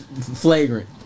Flagrant